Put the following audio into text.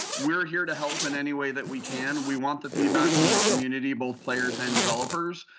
we're here to help in any way that we can. we want the feedback from the community, both players and developers.